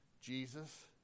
Jesus